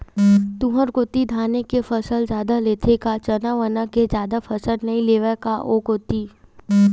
तुंहर कोती धाने के फसल जादा लेथे का चना वना के जादा फसल नइ लेवय का ओ कोती?